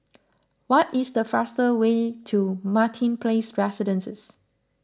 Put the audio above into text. what is the fastest way to Martin Place Residences